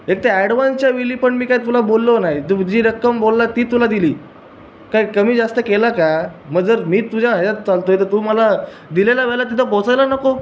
एक तर ॲडवान्सच्या वेळी पण मी काही तुला बोललो नाही तू जी रक्कम बोलला ती तुला दिली काय कमी जास्त केला का मग जर मी तुझ्या हेयात चालत आहे तर तू मला दिलेल्या वेळात तिथं पोचायला नको